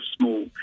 small